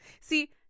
See